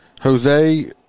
Jose